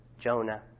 Jonah